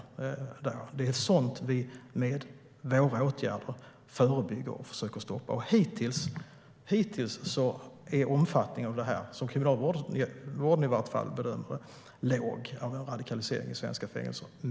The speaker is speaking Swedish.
Det är sådant vi med våra åtgärder förebygger och försöker stoppa. Hittills är omfattningen av radikalisering i svenska fängelser, i alla fall såvitt Kriminalvården bedömer det, låg.